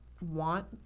want